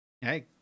hey